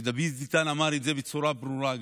ודוד ביטן אמר את זה בצורה ברורה גם.